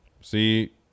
see